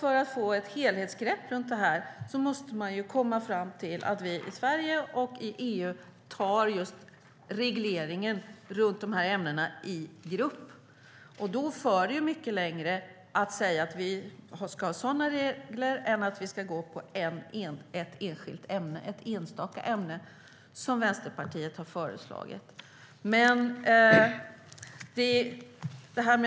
För att kunna ta ett helhetsgrepp här måste man komma fram till att vi i Sverige och i EU reglerar dessa ämnen i grupp. Det för ju mycket längre att säga att vi ska ha sådana regler än att vi ska gå på ett enstaka ämne, som Vänsterpartiet har föreslagit.